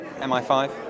MI5